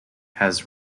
has